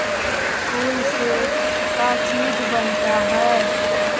फूल से का चीज बनता है?